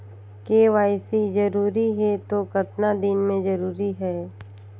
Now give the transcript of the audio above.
KYC जरूरी हे तो कतना दिन मे जरूरी है?